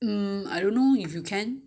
mm I don't know if you can